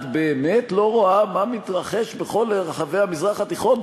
את באמת לא רואה מה מתרחש בכל רחבי המזרח התיכון?